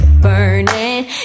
burning